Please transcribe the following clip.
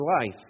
life